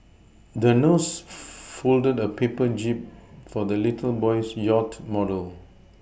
the nurse folded a paper jib for the little boy's yacht model